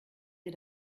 ihr